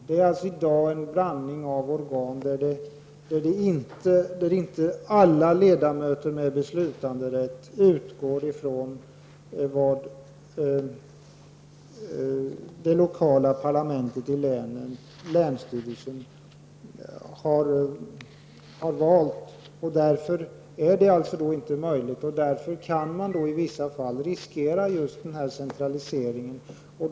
Det är i dag en blandning av organ där inte alla ledamöter med beslutanderätt utgår från vad det lokala parlamentet i länet, länsstyrelsen, har valt. Därför kan man i i vissa fall riskera just centralisering.